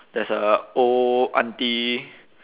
there's a old auntie